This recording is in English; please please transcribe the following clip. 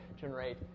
generate